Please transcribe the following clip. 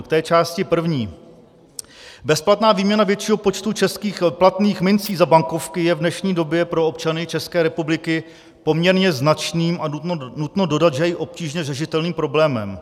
K té částí první: Bezplatná výměna většího počtu českých platných minci za bankovky je v dnešní době pro občany České republiky poměrně značným a nutno dodat, že i obtížně řešitelným problémem.